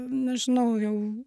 nežinau jau